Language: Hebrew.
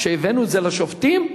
כשהבאנו את זה לשופטים,